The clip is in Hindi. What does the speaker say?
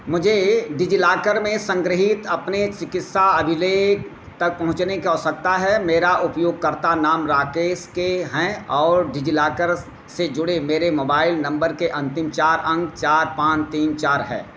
मुझे डिजिलॉकर में संग्रहीत अपने चिकित्सा अभिलेख तक पहुँचने की आवश्यकता है मेरा उपयोगकर्ता नाम राकेश के है और डिजिलॉकर से जुड़े मेरे मोबाइल नम्बर के अंतिम चार अंक चार पाँच तीन चार हैं